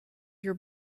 your